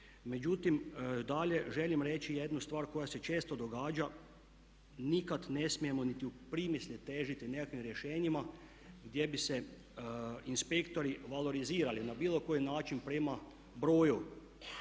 Međutim dalje želim reći jednu stvar koja se često događa. Nikad ne smijemo niti u primisli težiti nekakvim rješenjima gdje bi se inspektori valorizirali na bilo koji način prema broju,